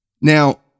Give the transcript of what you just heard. Now